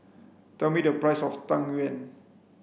tell me the price of tang yuen